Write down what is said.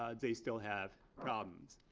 ah they still have problems.